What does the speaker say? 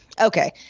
okay